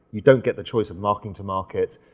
you don't get the choice of market to market.